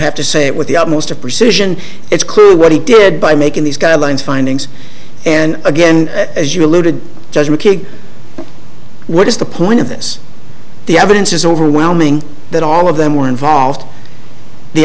have to say it with the utmost of precision it's clear what he did by making these guidelines findings and again as you alluded judge mckeague what is the point of this the evidence is overwhelming that all of them were involved the